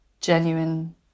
genuine